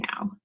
now